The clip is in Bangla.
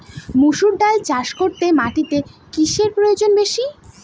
মুসুর ডাল চাষ করতে মাটিতে কিসে প্রয়োজন বেশী?